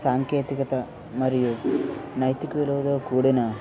సాంకేతికత మరియు నైతిక విలువలు కూడిన